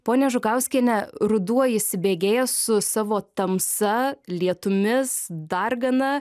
ponia žukauskiene ruduo įsibėgėja su savo tamsa lietumis dargana